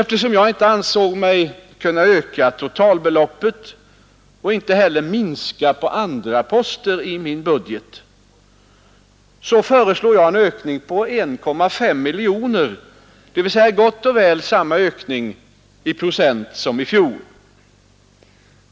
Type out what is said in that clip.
Eftersom jag inte ansåg mig kunna öka totalbeloppet och inte heller minska på andra poster i min budget, föreslog jag en ökning med 1,5 miljoner, dvs. gott och väl samma ökning i procent som i fjol.